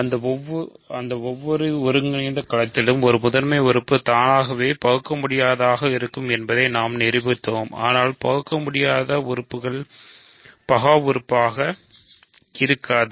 எந்தவொரு ஒருங்கிணைந்த களத்திலும் ஒரு முதன்மை உறுப்பும் தானாகவே பகுக்கமுடியாததாக இருக்கும் என்பதை நாம் நிரூபித்தோம் ஆனால் பகுக்கமுடியாதது உறுப்புகள் பகா உறுப்பாக இருக்காது